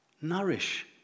Nourish